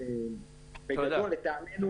לטעמנו